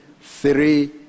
three